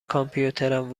کامپیوترم